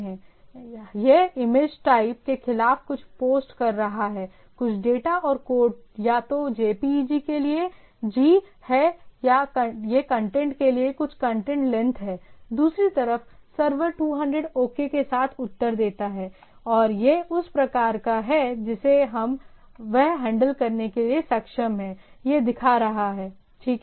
इसलिए यह image type के खिलाफ कुछ पोस्ट कर रहा है कुछ डेटा और कोड या तो jpeg के लिए g है और यह कंटेंट है कुछ कंटेंट लेंथ है दूसरी तरफ सर्वर 200 OK के साथ उत्तर देता है और यह उस प्रकार का है जिसे वह हैंडल करने में सक्षम है यह दिखा रहा है ठीक है